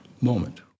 moment